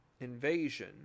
invasion